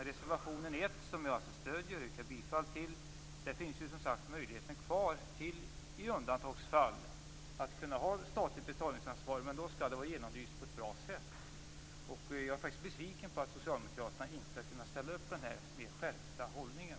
I reservation 1, som jag alltså stöder och yrkar bifall till, finns som sagt möjligheten kvar att i undantagsfall ha statligt betalningsansvar. Men då skall det vara genomlyst på ett bra sätt. Jag är faktiskt besviken på att socialdemokraterna inte har kunnat ställa upp på den här mer skärpta hållningen.